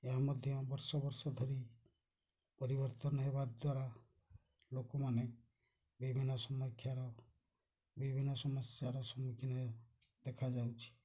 ଏହା ମଧ୍ୟ ବର୍ଷ ବର୍ଷ ଧରି ପରିବର୍ତ୍ତନ ହେବା ଦ୍ୱାରା ଲୋକମାନେ ବିଭିନ୍ନ ସମକ୍ଷାର ବିଭିନ୍ନ ସମସ୍ୟାର ସମ୍ମୁଖୀନ ଦେଖାଯାଉଛି